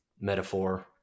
metaphor